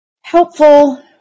helpful